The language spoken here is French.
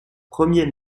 premier